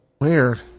Weird